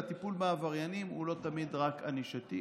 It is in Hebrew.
והטיפול בעבריינים הוא לא תמיד רק ענישתי,